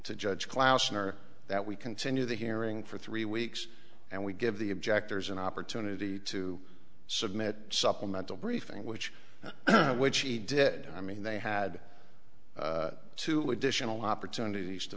klausner that we continue the hearing for three weeks and we give the objectors an opportunity to submit supplemental briefing which which he did i mean they had two additional opportunities to